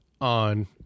on